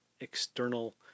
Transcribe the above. external